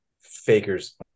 fakers